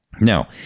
Now